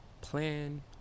Plan